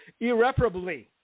Irreparably